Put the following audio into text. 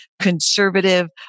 conservative